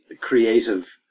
creative